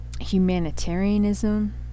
humanitarianism